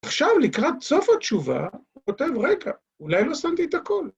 עכשיו לקראת סוף התשובה הוא כותב רגע, אולי לא שמתי את הכל.